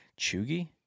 Chugi